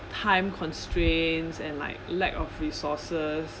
time constraints and like lack of resources